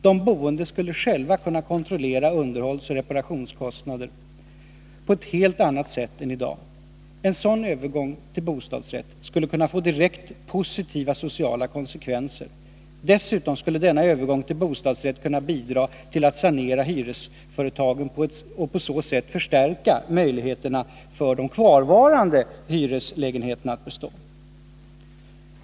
De boende skulle själva kunna kontrollera underhållsoch reparationskostnader på ett helt annat sätt än i dag. En sådan övergång till bostadsrätt skulle kunna få direkt positiva sociala konsekvenser. Dessutom skulle denna övergång till bostadsrätt kunna bidra till att sanera hyresföretagen och på så sätt förstärka möjligheterna för de kvarvarande hyreslägenheterna att bestå.